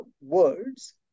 words